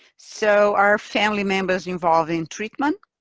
so, are family members involved in treatment?